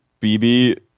BB